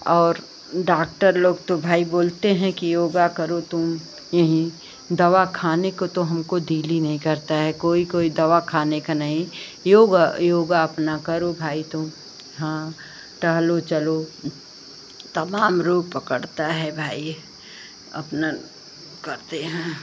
और डॉक्टर लोग तो भाई बोलते हैं कि योगा करो तुम यहीं दवा खाने को तो हमको दिल ही नहीं करता है कोई कोई दवा खाने का नहीं योग योगा अपना करो भाई तुम हाँ टहलो चलो तमाम रोग पकड़ता है भाई अपना करते हैं